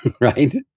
Right